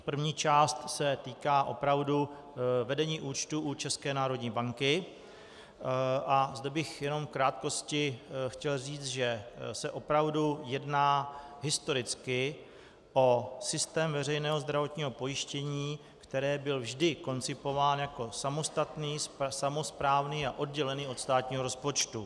První část se týká opravdu vedení účtu u České národní banky, a zde bych jenom v krátkosti chtěl říct, že se opravdu jedná historicky o systém veřejného zdravotního pojištění, který byl vždy koncipován jako samostatný, samosprávný a oddělený od státního rozpočtu.